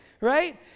right